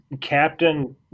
Captain